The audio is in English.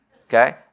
Okay